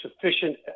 sufficient